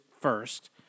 first